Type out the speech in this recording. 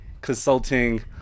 consulting